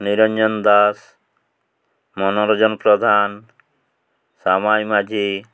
Niranjan Das Manoranjan Pradhan Samai Majhi